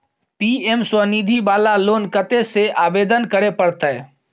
PM Svanidhi वाला loan कत्ते से आवेदन करे परतै?